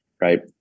Right